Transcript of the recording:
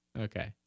Okay